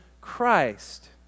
Christ